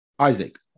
Isaac